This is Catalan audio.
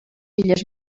illes